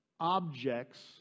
objects